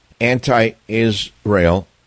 anti-Israel